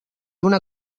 una